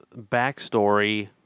backstory